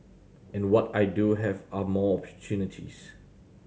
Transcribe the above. and what I do have are more opportunities